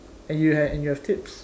and you have and you have tips